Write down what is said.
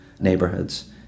neighborhoods